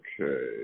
Okay